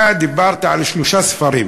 אתה דיברת על שלושה ספרים,